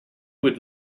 would